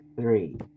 three